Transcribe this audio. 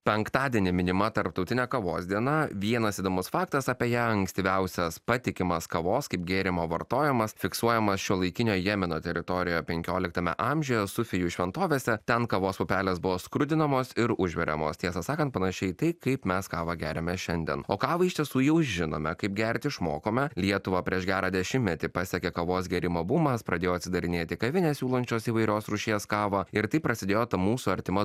penktadienį minima tarptautinė kavos diena vienas įdomus faktas apie ją ankstyviausias patikimas kavos kaip gėrimo vartojimas fiksuojamas šiuolaikinio jemeno teritorijoje penkioliktame amžiuje sufijų šventovėse ten kavos pupelės buvo skrudinamos ir užviriamos tiesą sakant panašiai tai kaip mes kavą geriame šiandien o kavą iš tiesų jau žinome kaip gerti išmokome lietuvą prieš gerą dešimtmetį pasekė kavos gėrimo bumas pradėjo atsidarinėti kavinės siūlančios įvairios rūšies kavą ir taip prasidėjo ta mūsų artima